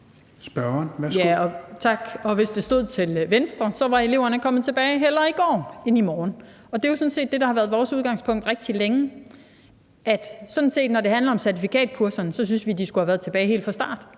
hvis det stod til Venstre, var eleverne hellere kommet tilbage i går end i morgen. Og det er jo sådan set det, der har været vores udgangspunkt rigtig længe, nemlig at når det handler om certifikatkurserne, så synes vi, at de skulle have været tilbage helt fra starten,